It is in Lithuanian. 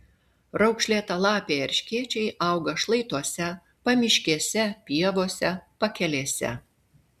raukšlėtalapiai erškėčiai auga šlaituose pamiškėse pievose pakelėse